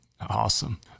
Awesome